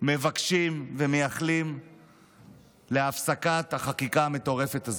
מבקשים ומייחלים להפסקת החקיקה המטורפת הזאת,